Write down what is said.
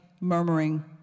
murmuring